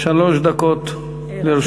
שלוש דקות לרשותך.